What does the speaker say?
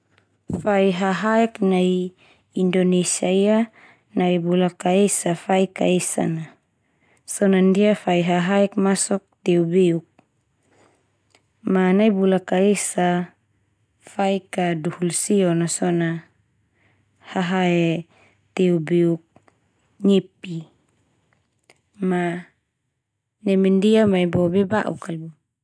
Fai hahaek nai Indonesia ia nai bulak ka esa fai ka esa na so na ndia fai hahaek masok teu beuk. Ma nai bulak ka esa fai kaduhulusion so na hahaek teu beuk Nyepi. Ma neme ndia mai bo be bauk kal bo.